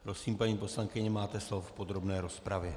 Prosím, paní poslankyně, máte slovo v podrobné rozpravě.